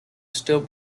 still